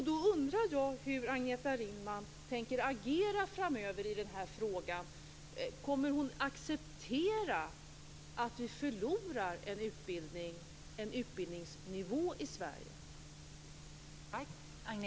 Jag undrar hur Agneta Ringman tänker agera framöver i denna fråga. Kommer hon att acceptera att vi förlorar en utbildningsnivå i Sverige?